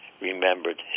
remembered